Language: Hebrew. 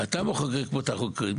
אתה מחוקק פה את החוקים,